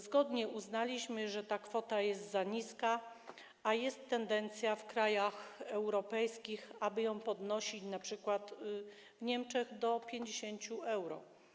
Zgodnie uznaliśmy, że ta kwota jest za niska, a jest tendencja w krajach europejskich, aby ją podnosić, np. w Niemczech - do 50 euro.